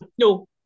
No